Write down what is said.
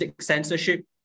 censorship